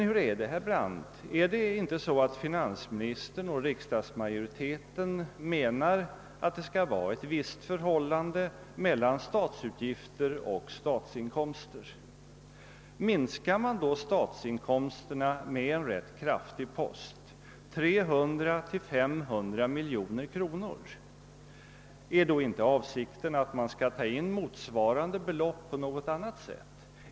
Hur är det, herr Brandt, menar inte finansministern och riksdagsmajoriteten att det skall vara ett visst förhållande mellan statsutgifter och statsinkomster? Och minskar man statsinkomsterna med en rätt kraftig post, 300-500 miljoner kronor, är det då inte avsikten att man skall ta in motsvarande belopp på något annat sätt?